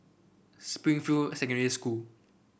Springfield Secondary School